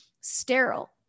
sterile